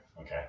Okay